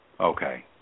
Okay